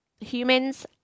Humans